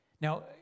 Now